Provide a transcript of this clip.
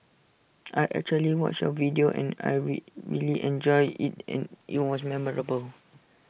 I actually watched your video and really enjoyed IT and IT was memorable